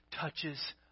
touches